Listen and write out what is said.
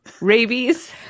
rabies